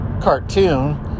cartoon